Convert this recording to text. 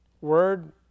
word